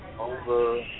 over